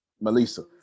Melissa